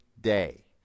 day